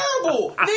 terrible